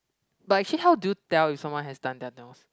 but actually how do you tell if someone has done their nose